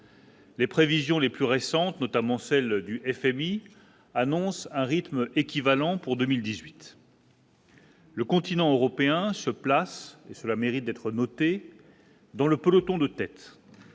Les prévisions les plus récentes, notamment celle du FMI annonce un rythme équivalent pour 2018. Le continent européen se place et cela mérite d'être noté dans le peloton de tête.